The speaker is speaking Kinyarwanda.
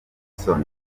hudson